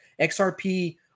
XRP